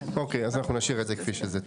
אוקיי, אז אנחנו נשאיר את זה כמו שזה.